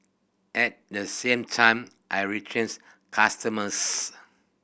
at the same time I retains customers